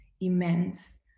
immense